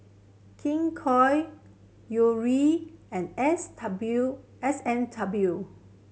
King Koil Yuri and S W S and W